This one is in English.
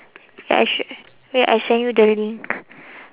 I should wait I send you the link